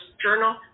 journal